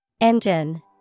Engine